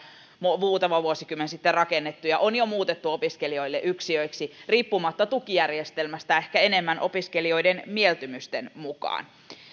muutama vuosikymmen sitten rakennettuja on jo muutettu opiskelijoille yksiöiksi riippumatta tukijärjestelmästä ehkä enemmän opiskelijoiden mieltymysten mukaan